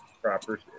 proper